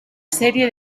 serie